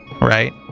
right